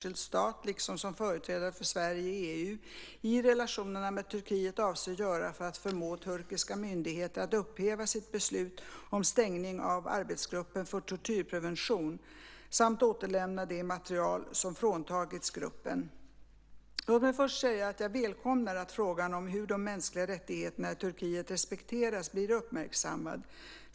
Fru talman! Alice Åström har frågat mig vad jag som företrädare för Sverige som enskild stat, liksom som företrädare för Sverige i EU i relationerna med Turkiet, avser att göra för att förmå turkiska myndigheter att upphäva sitt beslut om stängning av arbetsgruppen för tortyrprevention samt återlämna det material som fråntagits gruppen. Låt mig först säga att jag välkomnar att frågan om hur de mänskliga rättigheterna i Turkiet respekteras blir uppmärksammad.